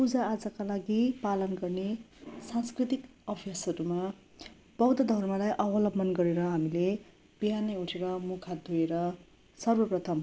पूजा आजाका लागि पालन गर्ने सांस्कृतिक अभ्यासहरूमा बौद्ध धर्मलाई अवलम्बन गरेर हामीले बिहानै उठेर मुख हात धोएर सर्वप्रथम